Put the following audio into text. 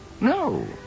No